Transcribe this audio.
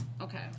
Okay